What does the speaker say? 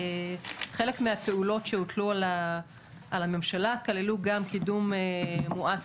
חלק מהפעולות שהוטלו על הממשלה כללו גם קידום מואץ